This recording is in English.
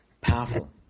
Powerful